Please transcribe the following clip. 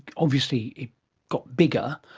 obviously it got bigger,